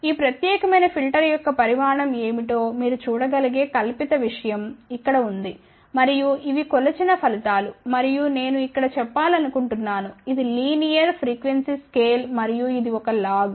ఈ ప్రత్యేకమైన ఫిల్టర్ యొక్క పరిమాణం ఏమిటో మీరు చూడగలిగే కల్పిత విషయం ఇక్కడ ఉంది మరియు ఇవి కొలిచిన ఫలితాలు మరియు నేను ఇక్కడ చెప్పాలనుకుంటున్నాను ఇది లీనియర్ ఫ్రీక్వెన్సీ స్కేల్ మరియు ఇది ఒక లాగ్